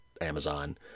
Amazon